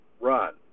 run